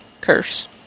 curse